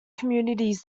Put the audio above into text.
communities